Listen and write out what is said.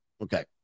Okay